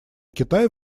китай